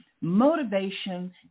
motivation